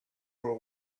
for